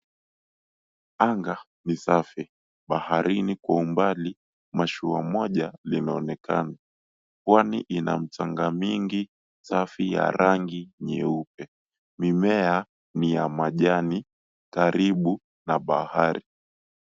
Anga ni safi, baharini kwa umbali mashua moja linaonekana, pwani in mchanga mingi safi ya rangi nyeupe. Mimea ni ya majani karibu na bahari.